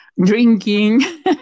drinking